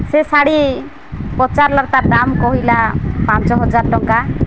ସେ ଶାଢ଼ୀ ପଚାରିଲାରୁ ତା'ର ଦାମ୍ କହିଲା ପାଞ୍ଚ ହଜାର ଟଙ୍କା